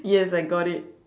yes I got it